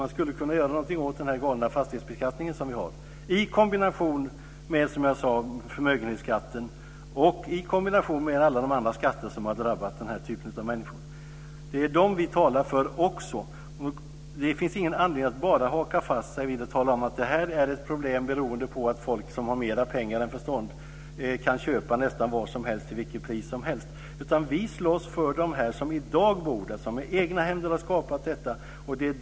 Man skulle kunna göra något åt den galna fastighetsbeskattning som vi har - i kombination, som jag tidigare sagt, med förmögenhetsskatten och med alla andra skatter som har drabbat den här typen av människor. Det är dessa som vi också talar för men det finns ingen anledning att så att säga haka fast sig vid och bara hänvisa till att detta är ett problem som beror på att folk som har mer pengar än förstånd kan köpa nästan vad som helst till vilket pris som helst. Vi slåss för dem som i dag bor i nämnda hus och som med egna händer har skapat dem.